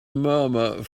murmur